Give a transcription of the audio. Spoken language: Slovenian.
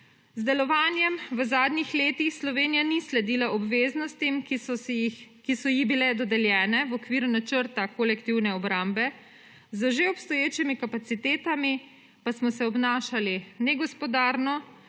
Z delovanjem v zadnjih letih Slovenija ni sledila obveznostim, ki so ji bile dodeljene v okviru načrta kolektivne obrambe, z že obstoječimi kapacitetami pa smo se obnašali negospodarno